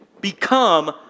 become